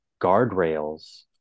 guardrails